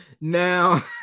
Now